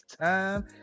time